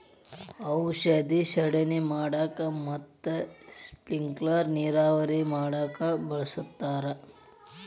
ಔಷದ ಸಿಂಡಣೆ ಮಾಡಾಕ ಮತ್ತ ಸ್ಪಿಂಕಲರ್ ನೇರಾವರಿ ಮಾಡಾಕ ಬಳಸ್ತಾರ